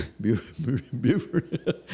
Buford